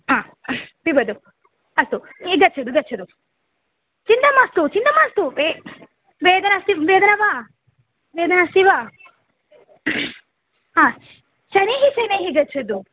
हा पिबतु अस्तु ए गच्छतु गच्छतु चिन्ता मास्तु चिन्ता मास्तु ए वेदना अस्ति वेदना वा वेदना अस्ति वा हा शनैः शनैः गच्छतु